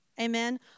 amen